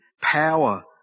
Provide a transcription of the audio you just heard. power